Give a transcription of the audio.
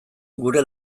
gure